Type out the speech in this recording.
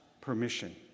permission